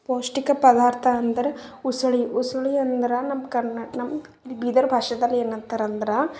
ಪೌಷ್ಟಿಕ ಪದಾರ್ಥ ಅಂದ್ರೆ ಉಸುಳಿ ಉಸುಳಿ ಅಂದ್ರೆ ನಮ್ಮ ಕರ್ನಾ ನಮ್ಮ ಬೀದರ್ ಭಾಷೆದಲ್ಲಿ ಏನು ಅಂತಾರೆ ಅಂದ್ರೆ